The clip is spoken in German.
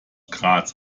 graz